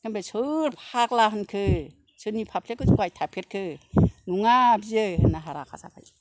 होनबाय सोर फाग्ला होनखो सोरनि फाफ्लिया गोजौ गाहाय थाफेरखो नङा बियो होनना हारा हासा